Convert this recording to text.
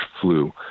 flu